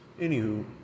Anywho